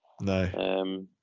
no